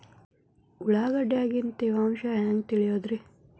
ಉಳ್ಳಾಗಡ್ಯಾಗಿನ ತೇವಾಂಶ ಹ್ಯಾಂಗ್ ತಿಳಿಯೋದ್ರೇ?